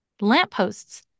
lampposts